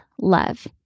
love